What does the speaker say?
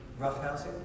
roughhousing